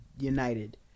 United